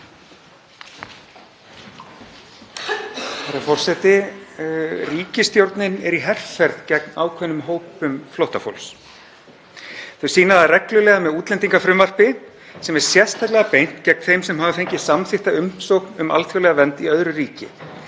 Herra forseti. Ríkisstjórnin er í herferð gegn ákveðnum hópum flóttafólks. Þau sýna það reglulega með útlendingafrumvarpi sem er sérstaklega beint gegn þeim sem hafa fengið samþykkta umsókn um alþjóðlega vernd í öðru ríki